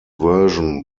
version